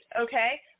Okay